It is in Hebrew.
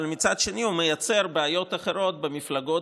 אבל מצד שני הוא מייצר בעיות אחרות במפלגות